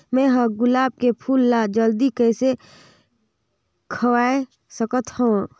मैं ह गुलाब के फूल ला जल्दी कइसे खवाय सकथ हवे?